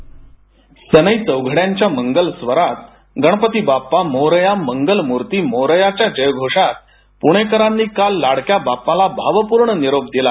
voice cast सनई चौघड्यांच्या मंगलस्वरात गणपती बाप्पा मोरयामंगलमूर्ती मोरयाच्या जयघोषात पूणेकरांनी काललाडक्या बाप्पाला भावपूर्ण निरोप दिला